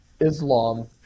Islam